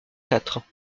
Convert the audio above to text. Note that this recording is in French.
quatre